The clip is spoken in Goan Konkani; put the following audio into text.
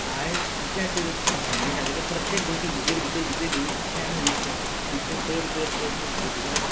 आयज इतल्याचेरच हांव थामयता किद्या प्रत्येक गोश्टी भितर भितर भितर भितर जातले आमी वयतले तितलें चड चड चड चड तुजे भितर आसा